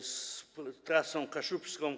z trasą kaszubską.